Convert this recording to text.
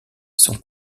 sont